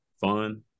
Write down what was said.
Fun